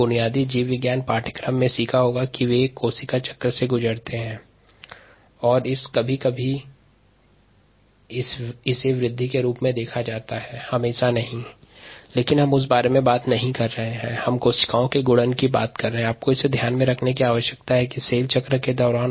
सभी कोशिका कोशिका चक्र से गुजरते हैं जिसे कभी कभी वृद्धि के रूप में भी देखा जाता है लेकिन यहाँ कोशिका गुणन के सन्दर्भ में बात कर रहे हैं